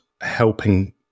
helping